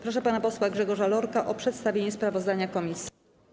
Proszę pana posła Grzegorza Lorka o przedstawienie sprawozdania komisji.